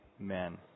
Amen